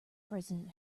president